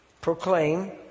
proclaim